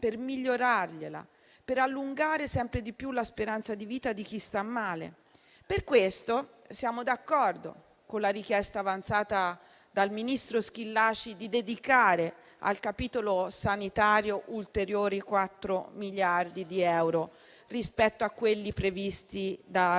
per migliorarla, per allungare sempre di più la speranza di vita di chi sta male. Per questo motivo siamo d'accordo con la richiesta avanzata dal ministro Schillaci, di dedicare al capitolo sanitario ulteriori quattro miliardi di euro rispetto a quelli previsti dal Documento